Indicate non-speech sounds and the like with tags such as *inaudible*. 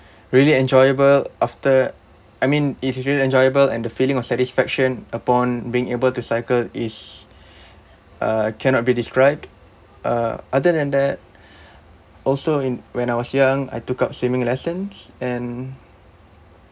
*breath* really enjoyable after I mean if you feel enjoyable and the feeling of satisfaction upon being able to cycle is *breath* uh cannot be described uh other than that *breath* also in when I was young I took up swimming lessons and